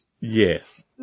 Yes